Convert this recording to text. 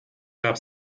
gab